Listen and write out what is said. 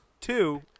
two